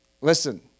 Listen